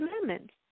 commandments